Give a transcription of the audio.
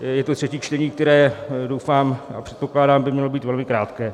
Je to třetí čtení, které doufám a předpokládám by mělo být velmi krátké.